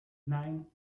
nine